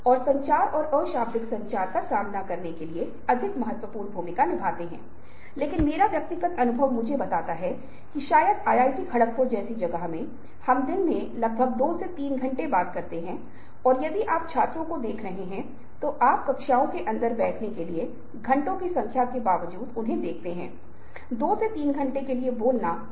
तो अब यह पाठ है जो आपको दिया गया था चेहरे मानव स्वभाव के लिए खिड़कियां हैं बीबीसी विज्ञान और आप पाते हैं कि इस विशेष लेखन के माध्यम से क्या किया जाता है जो आपको प्रदान किया गया है जो चेहरे संवाद करते हैं उसके बारे में अपेक्षा का एक सेट बनाना है